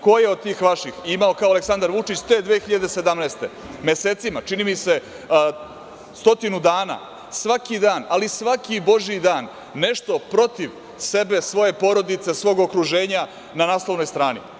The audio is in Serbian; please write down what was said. Ko je od tih vaših imao kao Aleksandar Vučić te 2017. godine, mesecima, čini mi se, stotinu dana svaki dan, ali svaki božiji dan, nešto protiv sebe, svoje porodice, svog okruženja na naslovnoj strani?